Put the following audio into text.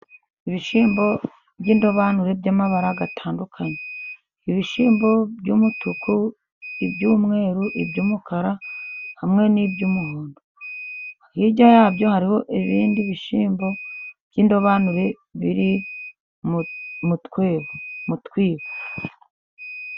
Ibishyimbo by'indobanure by'amabara atandukanye. Ibishyimbo by'umutuku, iby'umweru, iby'umukara hamwe n'iby'umuhondo. Hirya y'aho hariho ibindi bishymbo by'indobanure biri mu twibo.